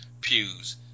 pews